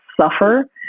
suffer